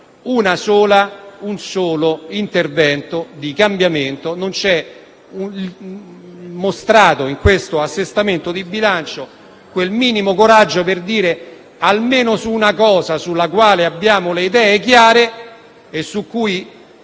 Non c'è un solo intervento di cambiamento. Non è mostrato in questo assestamento di bilancio quel minimo coraggio per dire che almeno su una questione, sulla quale abbiamo le idee chiare e su cui